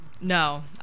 No